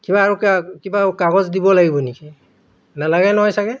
কিবা আৰু কা কিবা কাগজ দিব লাগিব নেকি নালাগে নহয় চাগে